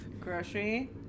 Grocery